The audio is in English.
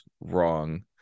wrong